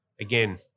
again